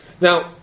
Now